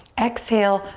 exhale,